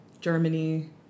Germany